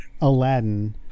Aladdin